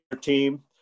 team